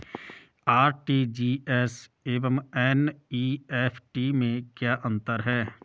RTGS एवं NEFT में क्या अंतर है?